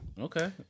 Okay